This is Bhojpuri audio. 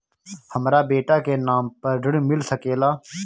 हमरा बेटा के नाम पर ऋण मिल सकेला?